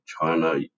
China